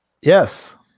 Yes